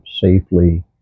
safely